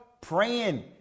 praying